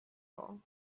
all